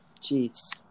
Chiefs